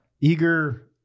Eager